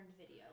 video